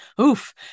Oof